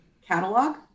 catalog